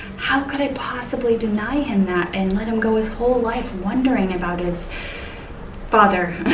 how could i possibly deny him that and let him go his whole life wondering about his father,